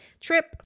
trip